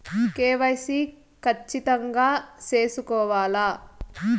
KYC ఖచ్చితంగా సేసుకోవాలా